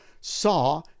saw